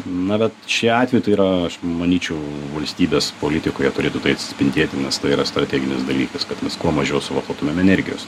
na bet čia atveju tai yra aš manyčiau valstybės politikoje turėtų tai atspindėti nes tai yra strateginis dalykas kad mes kuo mažiau suvartotumėm energijos